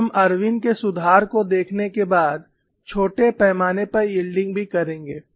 और हम इरविन के सुधार को देखने के बाद छोटे पैमाने पर यील्डइंग भी करेंगे